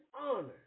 honor